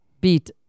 beat